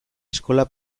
eskola